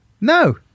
no